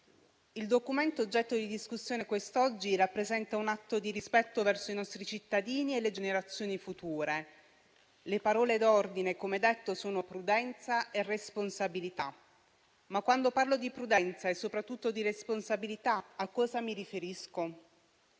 Il documento oggetto di discussione quest'oggi rappresenta un atto di rispetto verso i nostri cittadini e le generazioni future. Le parole d'ordine, come detto, sono prudenza e responsabilità. Ma quando parlo di prudenza e soprattutto di responsabilità a cosa mi riferisco?